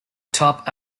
top